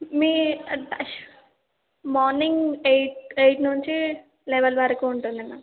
morning eight eight నుంచి eleven వరకు ఉంటుంది మ్యామ్